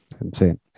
Insane